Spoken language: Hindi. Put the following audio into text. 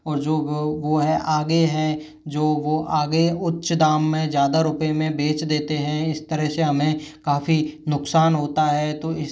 और जो ग वो है आगे हैं जो वो आगे उच्च दाम में ज़्यादा रुपए में बेच देते हैं इस तरह से हमें काफ़ी नुकसान होता है तो इस